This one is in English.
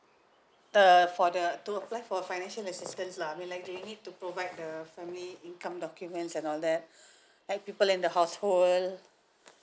uh for the to apply for financial assistance lah I mean like you need to provide the family income documents and all that like people in the household